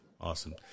Awesome